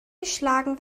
geschlagen